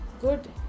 good